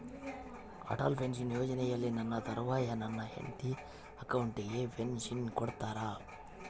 Atal pension ಯೋಜನೆಯಲ್ಲಿ ನನ್ನ ತರುವಾಯ ನನ್ನ ಹೆಂಡತಿ ಅಕೌಂಟಿಗೆ ಪೆನ್ಶನ್ ಕೊಡ್ತೇರಾ?